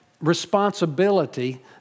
responsibility